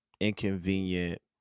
inconvenient